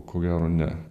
ko gero ne